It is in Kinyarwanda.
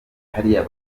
hariya